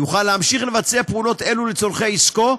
יוכל להמשיך לבצע פעולות אלו לצורכי עסקו,